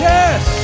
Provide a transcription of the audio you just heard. Yes